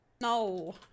No